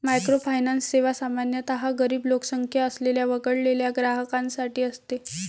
microfinance सेवा सामान्यतः गरीब लोकसंख्या असलेल्या वगळलेल्या ग्राहकांसाठी असते